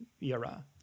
era